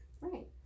Right